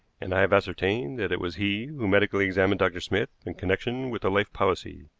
and i have ascertained that it was he who medically examined dr. smith in connection with the life policy.